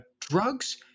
drugs